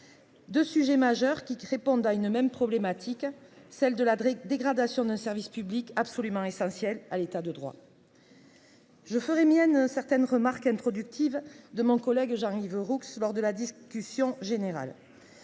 deux sujets majeurs répondent à une même problématique : la dégradation d'un service public essentiel dans un État de droit. Je ferai miennes certaines des remarques formulées par mon collègue Jean-Yves Roux lors de la discussion générale.